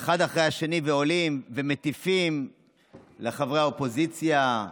אחד אחרי השני, עולים ומטיפים לחברי האופוזיציה,